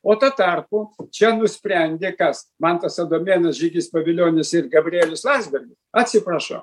o tuo tarpu čia nusprendė kas mantas adomėnas žygis pavilionis ir gabrielius landsbergis atsiprašau